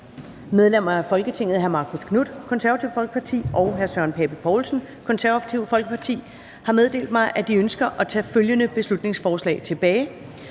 Medlemmer af Folketinget Marcus Knuth (KF) og Søren Pape Poulsen (KF) har meddelt mig, at de ønsker at tage følgende beslutningsforslag tilbage: